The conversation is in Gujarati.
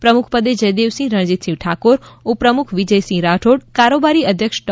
પ્રમુખપ દે જયદેવસિંહ રણજીતસિંહ ઠાકોર ઉપપ્રમુખ વિજયસિંહ મોહનસિંહ રાઠોડ કારોબારી અધ્યક્ષ ડો